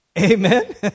Amen